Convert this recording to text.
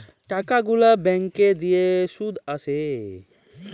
টাকা গুলা ব্যাংকে দিলে শুধ আসে